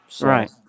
Right